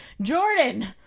Jordan